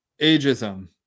ageism